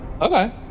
Okay